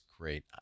great